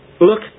Look